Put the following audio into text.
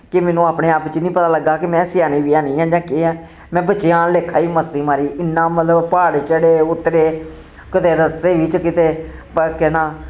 कि मैनू अपने आप च निं पता लग्गा कि में स्यानी मयानी ऐं जां केह् ऐं में बच्चेआं आह्ले लेक्खा ही मस्ती मारी इन्ना मतलव प्हाड़ा चढ़े उतरे कदैं रस्ते बिच्च किते प केह् नां